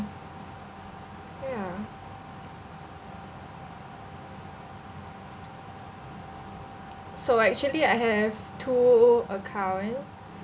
ya so actually I have two account